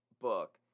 book